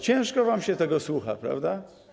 Ciężko wam się tego słucha, prawda?